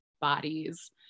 bodies